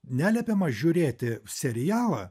neliepiama žiūrėti serialą